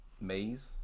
Maze